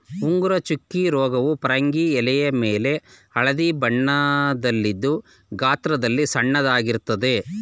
ಉಂಗುರ ಚುಕ್ಕೆ ರೋಗವು ಪರಂಗಿ ಎಲೆಮೇಲೆ ಹಳದಿ ಬಣ್ಣದಲ್ಲಿದ್ದು ಗಾತ್ರದಲ್ಲಿ ಸಣ್ಣದಾಗಿರ್ತದೆ